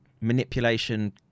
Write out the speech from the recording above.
manipulation